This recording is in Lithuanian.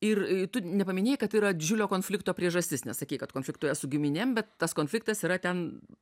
ir tu nepaminėjai kad tai yra didžiulio konflikto priežastis nesakei kad konfliktuoja su giminėm bet tas konfliktas yra ten